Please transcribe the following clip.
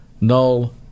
null